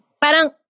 parang